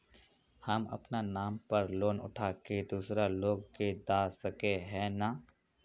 हम अपना नाम पर लोन उठा के दूसरा लोग के दा सके है ने